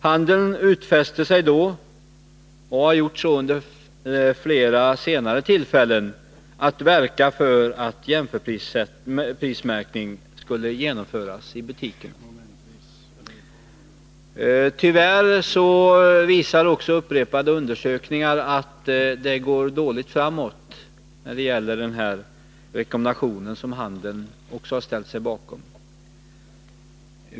Handeln utfäste sig då, och har gjort så under flera senare tillfällen, att jämförprismärkning skulle genomföras i butikerna. Tyvärr visar också upprepade undersökningar att det går dåligt framåt när det gäller denna rekommendation, som handeln också har ställt sig bakom.